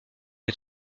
les